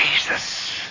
Jesus